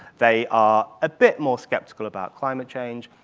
they are a bit more skeptical about climate change.